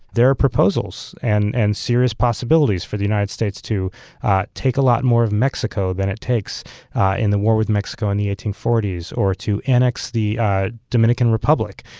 there are proposals and and serious possibilities for the united states to take a lot more of mexico than it takes in the war with mexico in the eighteen forty s, or to annex the dominican republic,